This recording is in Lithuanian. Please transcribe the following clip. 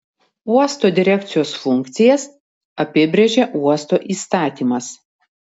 uosto direkcijos funkcijas apibrėžia uosto įstatymas